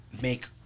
make